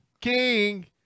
King